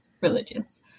religious